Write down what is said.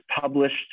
published